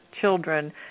children